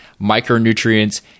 micronutrients